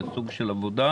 לסוג של עבודה